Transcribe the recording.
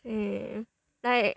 mm like